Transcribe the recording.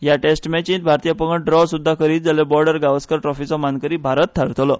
ह्या टॅस्ट मॅचींत भारतीय पंगड बादाबाद करीत जाल्यार बॉर्डर गावस्कर करंडाचे मानकरी भारत थारतलो